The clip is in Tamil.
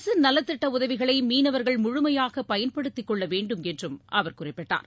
அரசின் நலத்திட்ட உதவிகளை மீனவர்கள் முழுமையாக பயன்படுத்திக் கொள்ள வேண்டும் என்றும் அவர் குறிப்பிட்டார்